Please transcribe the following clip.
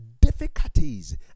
difficulties